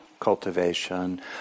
cultivation